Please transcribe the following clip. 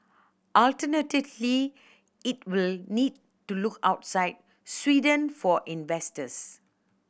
alternatively it will need to look outside Sweden for investors